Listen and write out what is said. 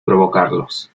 provocarlos